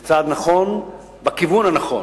זה צעד נכון בכיוון הנכון,